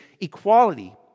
equality